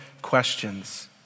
questions